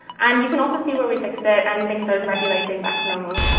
and you can also see where we fixed it and things started regulating back to normal.